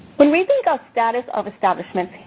when we think of status of establishments,